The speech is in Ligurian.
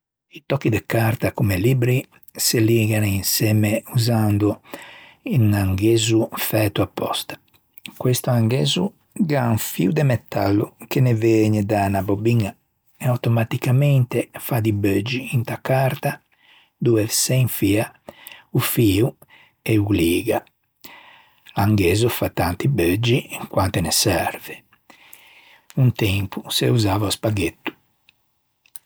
Tòcchi de carta comme libbri se ligan insemme usando un angæzo fæto apòsta. Quest'angæzo gh'à un fî de metallo che ne vëgne da unna bobiña e automaticamente fa di beuggi inta carta dove se infia o fio e o liga. L'angæzo fa tanti beuggi quante ne serve. Un tempo se usava o spaghetto.